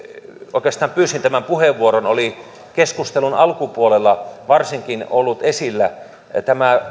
oikeastaan pyysin tämän puheenvuoron oli varsinkin keskustelun alkupuolella esillä ollut tämä